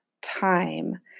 time